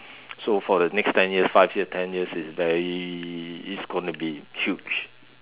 so for the next ten years five years ten years it's very it's going to be huge